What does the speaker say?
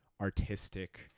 artistic